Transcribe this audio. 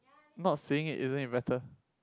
not seeing it isn't it better